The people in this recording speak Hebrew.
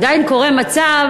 עדיין קורה שאנחנו,